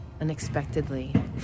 unexpectedly